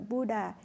Buddha